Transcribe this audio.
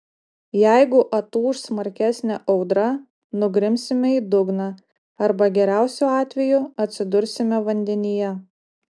jeigu atūš smarkesnė audra nugrimsime į dugną arba geriausiu atveju atsidursime vandenyje